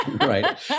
right